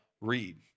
read